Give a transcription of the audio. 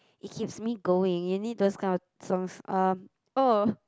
it keeps me going you need those kind of songs um oh